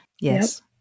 yes